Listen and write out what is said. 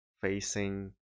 facing